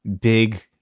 big